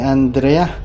Andrea